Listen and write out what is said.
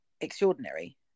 extraordinary